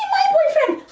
boyfriend!